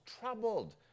troubled